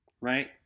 right